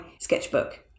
sketchbook